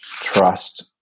trust